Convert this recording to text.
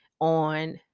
on